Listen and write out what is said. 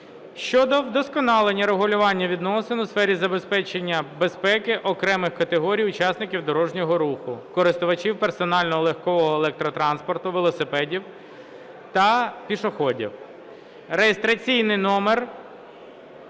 щодо вдосконалення регулювання відносин у сфері забезпечення безпеки окремих категорій учасників дорожнього руху (користувачів персонального легкого електротранспорту, велосипедистів та пішоходів) (реєстраційний номер